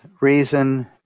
reason